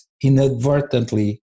inadvertently